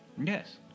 Yes